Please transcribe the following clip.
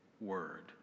word